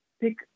pick